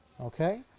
okay